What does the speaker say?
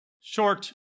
Short